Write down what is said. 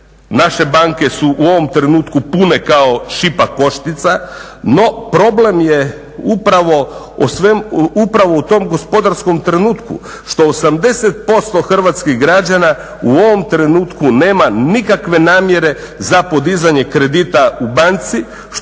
Naše banke su u ovom trenutku pune kao šipak koštica, no problem je upravo u tom gospodarskom trenutku što 80% hrvatskih građana u ovom trenutku nema nikakve namjere za podizanje kredita u banci,